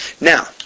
Now